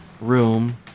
room